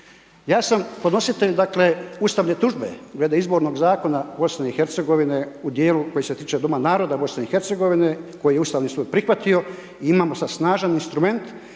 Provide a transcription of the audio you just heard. Ja sam podnositelj ustavne tužbe glede izbornog zakona BIH, u dijelu koji se tiče doma naroda BIH, koji je Ustavni sud prihvatio i imamo sada snažan instrument